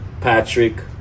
patrick